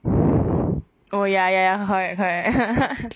oh ya ya ya correct correct